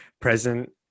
present